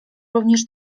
również